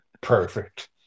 perfect